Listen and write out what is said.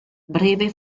breve